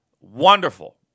wonderful